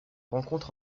rencontre